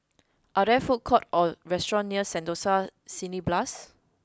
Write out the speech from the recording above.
are there food courts or restaurants near Sentosa Cineblast